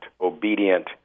obedient